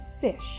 fish